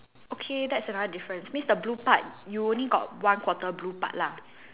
okay that's another difference means the blue part you only got one quarter blue part lah